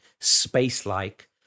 space-like